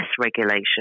regulation